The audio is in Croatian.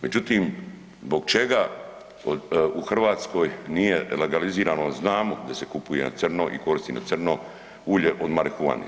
Međutim, zbog čega u Hrvatskoj nije legalizirano, a znamo da se kupuje na crno i koristi na crno ulje od marihuane?